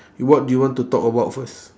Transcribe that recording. you what do you want to talk about first